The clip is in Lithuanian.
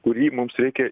kurį mums reikia